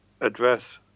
address